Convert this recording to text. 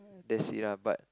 that's it lah but